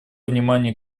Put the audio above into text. внимание